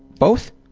both?